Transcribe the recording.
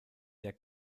der